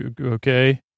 okay